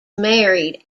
married